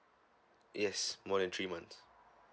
yes more than three months